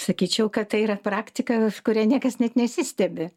sakyčiau kad tai yra praktika kuria niekas net nesistebi